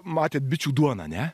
matėt bičių duoną ane